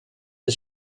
als